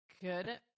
Good